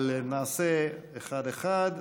אבל נעשה אחת-אחת.